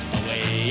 away